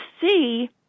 see